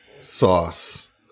sauce